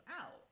out